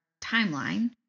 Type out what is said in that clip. timeline